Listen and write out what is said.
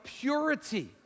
purity